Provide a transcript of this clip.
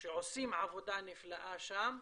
שעושים עבודה נפלאה שם.